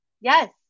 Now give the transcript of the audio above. Yes